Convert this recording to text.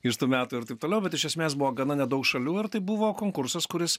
iš tų metų ir taip toliau bet iš esmės buvo gana nedaug šalių ir tai buvo konkursas kuris